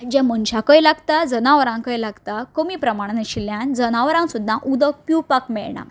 जें मनशाकय लागता जनावरांकय लागता कमी प्रमाणान आशिल्ल्यान जनावरांक सुद्दां उदक पिवपाक मेळना